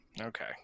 Okay